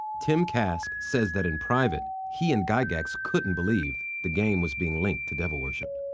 tim kask says that, in private, he and gygax couldn't believe the game was being linked to devil worship.